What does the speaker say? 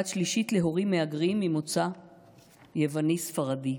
בת שלישית להורים מהגרים ממוצא יווני ספרדי.